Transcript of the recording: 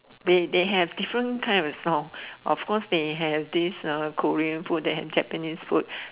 they they have different kind of stores of course they have this Korean food they have Japanese food